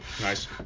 Nice